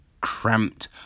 cramped